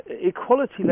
equality